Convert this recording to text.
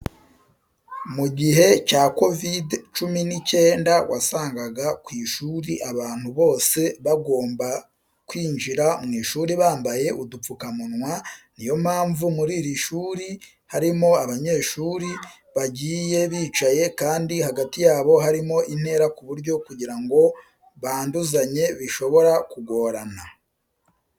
Mu gihe cya Covid cumi n'icyenda wasangaga ku ishuri abantu bose bagomba kwinjira mu ishuri bambaye udupfukamunwa, ni yo mpamvu muri iri shuri harimo abanyeshuri bagiye bicaye kandi hagati yabo harimo intera ku buryo kugira ngo banduzanye bishobora kugorana.